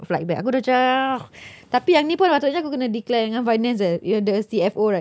flight back aku dah macam tapi yang ni pun sepatutnya aku kena declare dengan finance the ya the C_F_O right